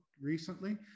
recently